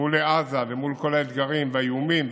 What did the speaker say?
מול עזה ומול כל האתגרים והאיומים,